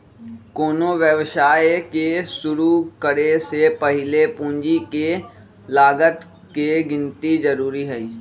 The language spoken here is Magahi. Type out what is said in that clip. कोनो व्यवसाय के शुरु करे से पहीले पूंजी के लागत के गिन्ती जरूरी हइ